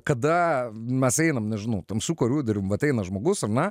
kada mes einam nežinau tamsiu koridorium ateina žmogus ar ne